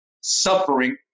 suffering